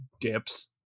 dips